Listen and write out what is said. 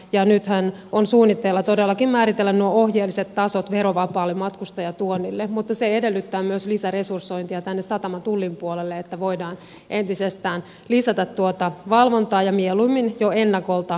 ja nythän on suunnitteilla todellakin määritellä nuo ohjeelliset tasot verovapaalle matkustajatuonnille mutta se edellyttää myös lisäresursointia tänne satamatullin puolelle että voidaan entisestään lisätä tuota valvontaa ja mieluummin jo ennakolta puuttua siihen